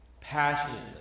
passionately